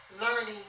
learning